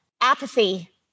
apathy